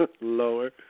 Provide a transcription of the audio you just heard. lower